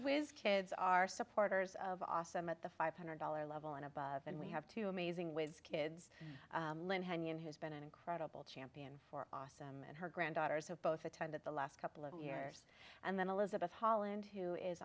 whiz kids are supporters of awesome at the five hundred dollar level and above and we have to amazing ways kids learn when you has been an incredible champion for awesome and her granddaughters have both attended the last couple of years and then elizabeth holland who is